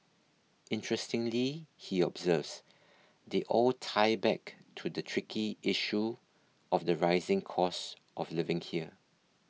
interestingly he observes they all tie back to the tricky issue of the rising cost of living here